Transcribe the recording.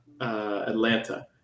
Atlanta